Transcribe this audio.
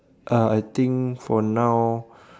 uh I think for now